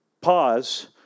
Pause